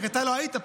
רק אתה לא היית פה.